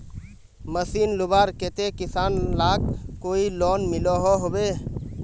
Machine लुबार केते किसान लाक कोई लोन मिलोहो होबे?